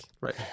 Right